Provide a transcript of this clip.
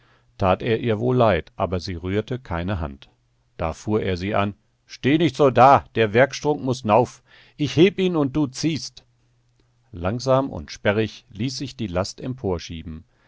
tat er ihr wohl leid aber sie rührte keine hand da fuhr er sie an steh nicht so da der werkstrunk muß nauf ich heb ihn und du ziehst langsam und sperrig ließ sich die last